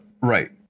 Right